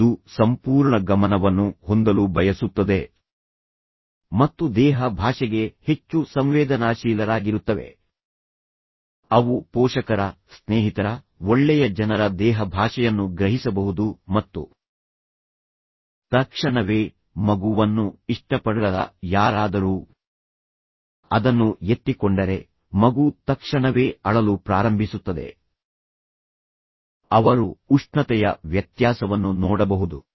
ಇದು ಸಂಪೂರ್ಣ ಗಮನವನ್ನು ಹೊಂದಲು ಬಯಸುತ್ತದೆ ಮತ್ತು ದೇಹ ಭಾಷೆಗೆ ಹೆಚ್ಚು ಸಂವೇದನಾಶೀಲರಾಗಿರುತ್ತವೆ ಅವು ಪೋಷಕರ ಸ್ನೇಹಿತರ ಒಳ್ಳೆಯ ಜನರ ದೇಹ ಭಾಷೆಯನ್ನು ಗ್ರಹಿಸಬಹುದು ಮತ್ತು ತಕ್ಷಣವೇ ಮಗುವನ್ನು ಇಷ್ಟಪಡದ ಯಾರಾದರೂ ಅದನ್ನು ಎತ್ತಿಕೊಂಡರೆ ಮಗು ತಕ್ಷಣವೇ ಅಳಲು ಪ್ರಾರಂಭಿಸುತ್ತದೆ ಅವರು ಉಷ್ಣತೆಯ ವ್ಯತ್ಯಾಸವನ್ನು ನೋಡಬಹುದು